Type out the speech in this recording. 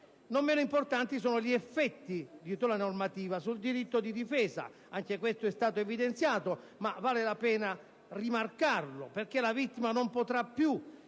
Non meno importanti sono gli effetti della normativa sul diritto di difesa: anche questo è stato evidenziato, ma vale la pena di rimarcarlo, perché la vittima in taluni